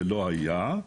ולא היה,